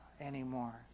anymore